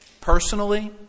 personally